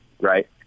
right